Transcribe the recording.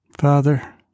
Father